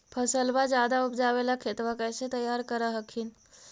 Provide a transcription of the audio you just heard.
फसलबा ज्यादा उपजाबे ला खेतबा कैसे तैयार कर हखिन?